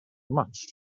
much